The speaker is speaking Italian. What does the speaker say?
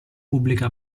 pubblica